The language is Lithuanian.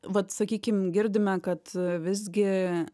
vat sakykim girdime kad visgi